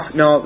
no